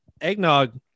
eggnog